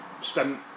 spent